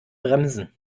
bremsen